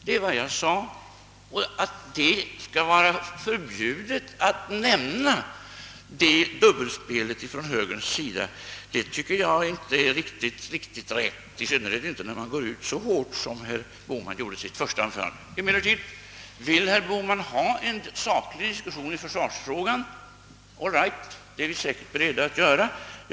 Det är vad jag sade, och att det skall vara förbjudet att nämna detta dubbelspel från högerns sida tycker jag inte är riktigt rätt, i synnerhet inte när man går ut så hårt som herr Bohman gjorde i sitt första anförande. Vill herr Bohman emellertid ha en saklig diskussion i försvarsfrågan är vi säkert beredda att ställa upp.